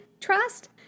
trust